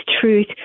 truth